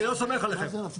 אני לא סומך עליכם.